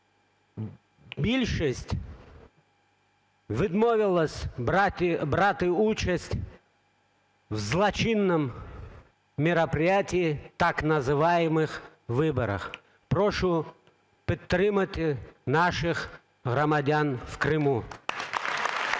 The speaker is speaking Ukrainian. Більшість відмовились брати участь в злочинному мероприятии, так называемых выборах. Прошу підтримати наших громадян в Криму. ГОЛОВУЮЧИЙ.